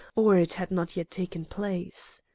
or it had not yet taken place.